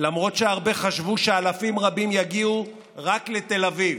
למרות שהרבה חשבו שאלפים רבים יגיעו רק לתל אביב.